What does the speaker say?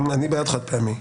אני בעד חד פעמי.